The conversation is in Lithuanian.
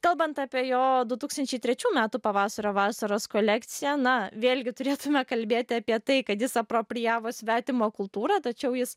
kalbant apie jo du tūkstančiai trečių metų pavasario vasaros kolekciją na vėlgi turėtume kalbėti apie tai kad jis aproprijavo svetimą kultūrą tačiau jis